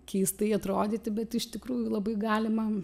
keistai atrodyti bet iš tikrųjų labai galima